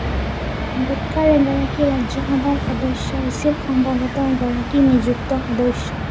আম্বেদকাৰ এগৰাকী ৰাজ্যসভাৰ সদস্য হৈছিল সম্ভৱতঃ এগৰাকী নিযুক্ত সদস্য